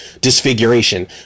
disfiguration